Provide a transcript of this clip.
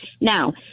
Now